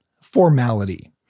formality